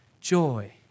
joy